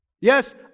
Yes